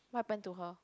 what happen to her